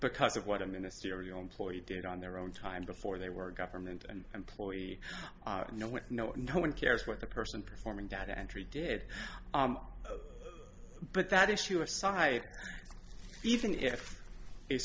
because of what a ministerial employee did on their own time before they were government and employee know what no one cares what the person performing data entry did but that issue aside even if